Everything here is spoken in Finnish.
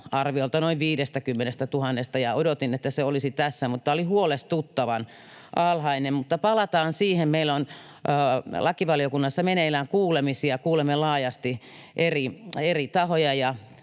arviolta noin 50 miljoonasta ja odotin, että se olisi tässä, mutta tämä oli huolestuttavan alhainen. Mutta palataan siihen. Meillä on lakivaliokunnassa meneillään kuulemisia. Kuulemme laajasti eri tahoja, ja